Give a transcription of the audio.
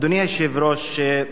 אדוני היושב-ראש,